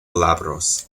glabros